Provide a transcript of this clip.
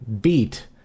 beat